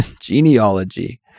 Genealogy